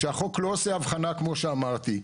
שהחוק לא עושה הבחנה כמו שאמרתי.